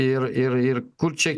ir ir ir kur čia